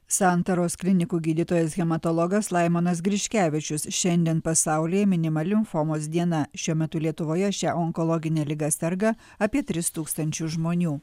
santaros klinikų gydytojas hematologas laimonas griškevičius šiandien pasauly minima limfomos diena šiuo metu lietuvoje šia onkologine liga serga apie tris tūkstančius žmonių